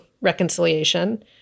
reconciliation